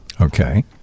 Okay